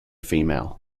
female